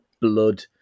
blood